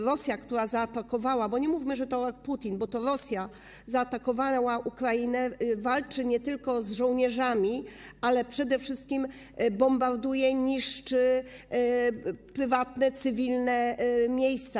Rosja, która zaatakowała - nie mówmy, że to Putin, bo to Rosja zaatakowała Ukrainę - walczy nie tylko z żołnierzami, ale przede wszystkim bombarduje, niszczy prywatne, cywilne miejsca.